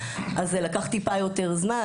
ולקח טיפה יותר זמן,